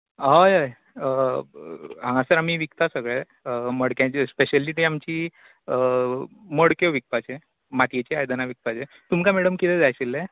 हय हय हांगासर आमी विकता सगळें मडक्यांची स्पॅशली ती आमची मडक्यो विकपाचें मातयेची आयदना विकपाचें तुमकां मॅडम कितें जाय आशिल्लें